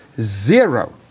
zero